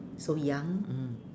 so young mm